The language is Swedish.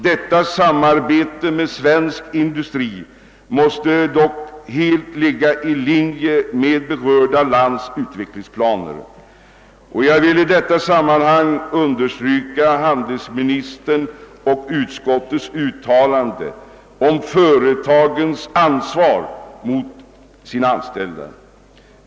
Detta samarbete med svensk industri måste dock helt ligga i linje med berörda länders utvecklingsplaner. Jag vill i detta sammanhang understryka handelsministerns och utskottets uttalanden om företagens ansvar mot sina anställda.